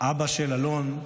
אבא של אלון,